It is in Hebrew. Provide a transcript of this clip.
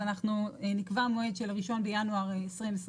אז אנחנו נקבע מועד של ה-1 בינואר 2022